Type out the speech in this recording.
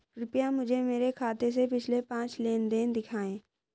कृपया मुझे मेरे खाते से पिछले पांच लेनदेन दिखाएं